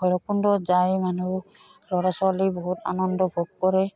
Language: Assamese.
ভৈৰৱকুণ্ডত যায় মানুহ ল'ৰা ছোৱালী বহুত আনন্দ ভোগ কৰে